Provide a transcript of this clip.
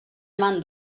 eman